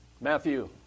Matthew